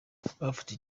bafashe